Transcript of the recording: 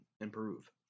improve